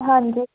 ਹਾਂਜੀ